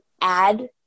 add